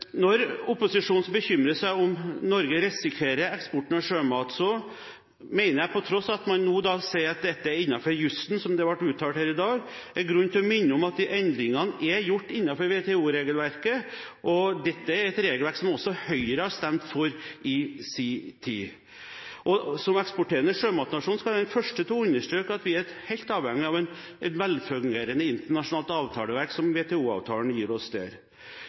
Når opposisjonen bekymrer seg om Norge risikerer eksporten av sjømat, til tross for at man nå ser at dette er innenfor jussen – som det ble uttalt her i dag – mener jeg at det er grunn til å minne om at endringene er gjort innenfor WTO-regelverket. Dette er et regelverk som også Høyre har stemt for i sin tid. Som eksporterende sjømatnasjon skal vi være de første til å understreke at vi er helt avhengig av et velfungerende internasjonalt avtaleverk som WTO-avtalen der gir oss.